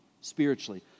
spiritually